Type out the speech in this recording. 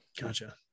Gotcha